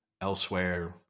Elsewhere